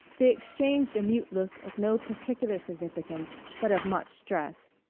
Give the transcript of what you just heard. they exchanged a mute look of no particular significance but of much stress.